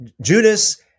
Judas